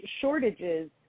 shortages